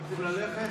אתם לא רוצים?